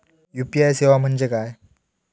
UPI सेवा म्हणजे काय?